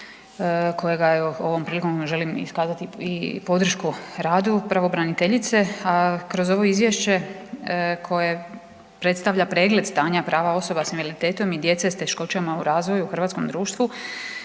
kojega evo ovom prilikom želim iskazati i podršku radu pravobraniteljice, a kroz ovo izvješće koje predstavlja pregled stanja prava osoba s invaliditetom i djece s teškoćama u razvoju u hrvatskom društvu.